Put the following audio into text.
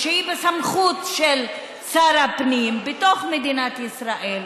שהיא בסמכות של שר הפנים בתוך מדינת ישראל,